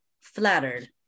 flattered